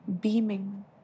beaming